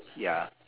ya